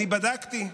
אני בדקתי,